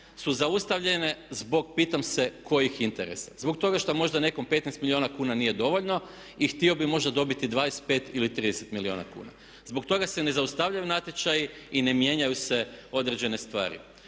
su zaustavljene zbog pitam se kojih interesa? Zbog toga što možda nekom 15 milijuna kuna nije dovoljno i htio bi možda dobiti 25 ili 30 milijuna kuna. Zbog toga se ne zaustavljaju natječaji i ne mijenjaju se određene stvari.